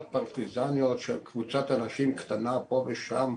פרטיזניות של קבוצת אנשים קטנה פה ושם,